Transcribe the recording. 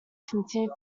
continued